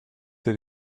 did